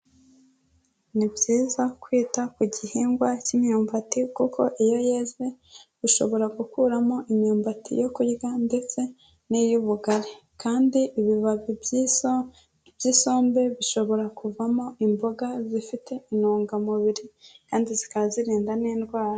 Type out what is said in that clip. Ni byiza kwita ku gihingwa cy'imyumbati kuko iyo yeze ushobora gukuramo imyumbati yo kurya ndetse n'iy'ubugari kandi ibibabi byiza by'isombe bishobora kuvamo imboga zifite intungamubiri kandi zikaba zirinda n'indwara.